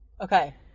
Okay